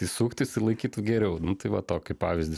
įsukt jisai laikytų geriau nu tai va tokį pavyzdį